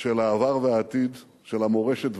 של העבר והעתיד, של המורשת והמדע.